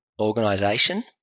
organization